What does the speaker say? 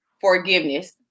forgiveness